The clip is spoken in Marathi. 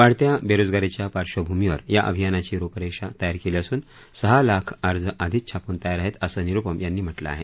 वाढत्या बेरोजगारीच्या पार्श्वभूमीवर या अभियानाची रुपरेषा तयार केली असून सहा लाख अर्ज आधीच छापून तयार आहेत असं निरुपम यांनी म्हटलं आहे